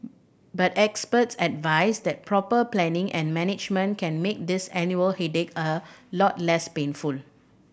but experts advise that proper planning and management can make this annual headache a lot less painful